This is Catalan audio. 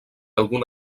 algun